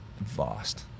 vast